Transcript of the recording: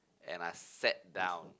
and I sat down